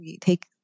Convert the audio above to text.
take